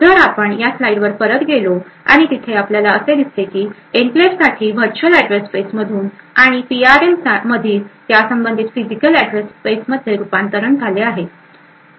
जर आपण या स्लाइडवर परत गेलो आणि तिथे आपल्याला दिसते की एन्क्लेव्हसाठी व्हर्च्युअल अॅड्रेस स्पेस मधून आणि पीआरएममधील त्यासंबंधित फिजिकल अॅड्रेस स्पेस मध्ये रूपांतरण झाले आहे